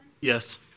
Yes